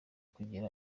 kugera